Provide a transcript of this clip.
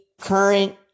current